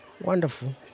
Wonderful